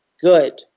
Good